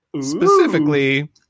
specifically